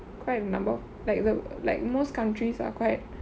quite a number of like the like most countries are quite